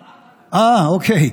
אה, אוקיי.